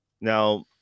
Now